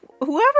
whoever